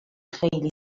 خیلی